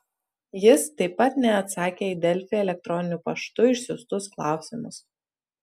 jis taip pat neatsakė į delfi elektroniniu paštu išsiųstus klausimus